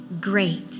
great